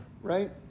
right